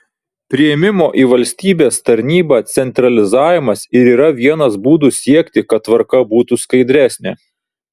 priėmimo į valstybės tarnybą centralizavimas ir yra vienas būdų siekti kad tvarka būtų skaidresnė